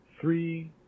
three